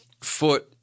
foot